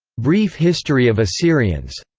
brief history of assyrians,